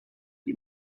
die